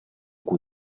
cui